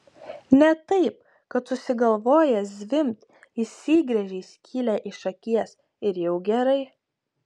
ne taip kad susigalvojęs zvimbt išsigręžei skylę iš akies ir jau gerai